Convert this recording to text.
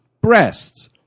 breasts